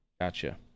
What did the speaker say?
Gotcha